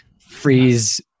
freeze